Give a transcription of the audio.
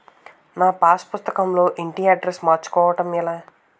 నా పాస్ పుస్తకం లో ఇంటి అడ్రెస్స్ మార్చుకోవటం ఎలా?